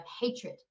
hatred